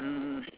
mm